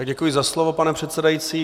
Děkuji za slovo, pane předsedající.